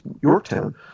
Yorktown